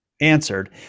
answered